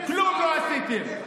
כלום לא עשיתם.